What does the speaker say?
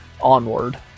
onward